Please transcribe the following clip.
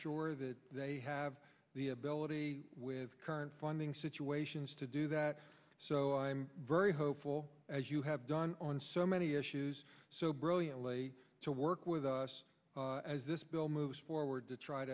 sure that they have the ability with current funding situations to do that so i'm very hopeful as you have done on so many issues so brilliantly to work with us as this bill moves forward to try